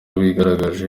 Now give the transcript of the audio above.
wigaragaje